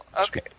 Okay